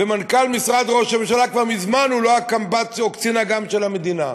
ומנכ"ל ראש הממשלה כבר מזמן הוא לא הקמב"ץ או קצין אג"ם של המדינה.